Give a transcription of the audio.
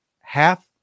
half